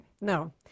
no